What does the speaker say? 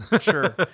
sure